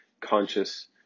conscious